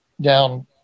down